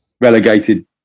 relegated